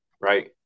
right